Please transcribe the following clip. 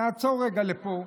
נעצור רגע פה.